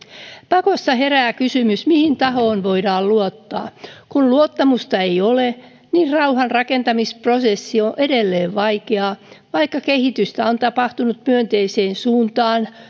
pakosta herää kysymys mihin tahoon voidaan luottaa kun luottamusta ei ole rauhanrakentamisprosessi on edelleen vaikea vaikka kehitystä on tapahtunut myönteiseen suuntaan